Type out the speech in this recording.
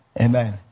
Amen